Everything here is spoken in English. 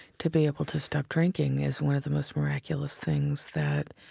to be able to stop drinking is one of the most miraculous things that